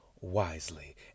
wisely